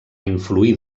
influir